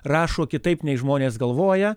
rašo kitaip nei žmonės galvoja